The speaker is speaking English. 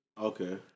Okay